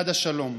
צד השלום.